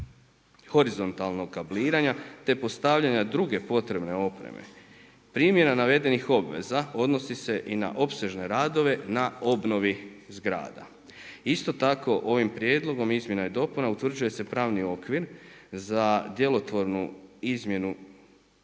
horizontalnog kabliranja, te postavljanja druge potrebne opreme. Primjena navedenih obveza odnosi se i na opsežne radove na obnovi zgrada. Isto tako, ovim prijedlogom izmjena i dopuna utvrđuje se pravni okvir za djelotvornu izmjenu,